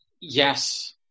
yes